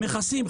מכסים,